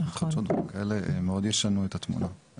מתחדשות וכאלה ישנו מאוד את התמונה.